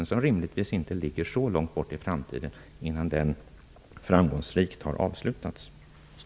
Det ligger rimligtvis inte så långt fram i tiden innan den framgångsrikt har avslutats.